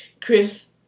Chris